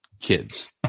kids